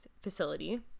facility